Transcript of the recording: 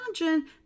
imagine